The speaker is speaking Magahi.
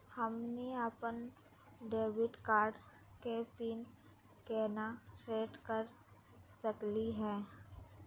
हमनी अपन डेबिट कार्ड के पीन केना सेट कर सकली हे?